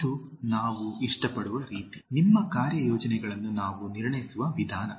ಅದು ನಾವು ಇಷ್ಟಪಡುವ ರೀತಿ ನಿಮ್ಮ ಕಾರ್ಯಯೋಜನೆಗಳನ್ನು ನಾವು ನಿರ್ಣಯಿಸುವ ವಿಧಾನ